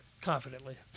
confidently